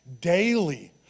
daily